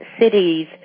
cities